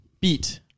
Beat